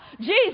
Jesus